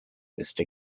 vista